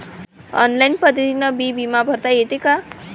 Online पद्धतीनं बी बिमा भरता येते का?